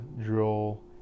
drill